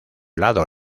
lado